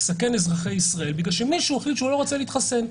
לסכן אזרחי ישראל בגלל שמישהו החליט שהוא לא רוצה להתחסן.